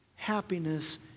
Happiness